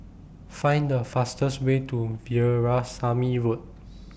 Find The fastest Way to Veerasamy Road